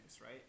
right